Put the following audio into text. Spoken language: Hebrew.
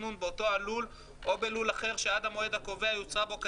התכנון את מלוא מכסתו בלול אחר שעד המועד הקובע יוצרה בו,